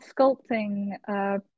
sculpting